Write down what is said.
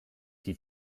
die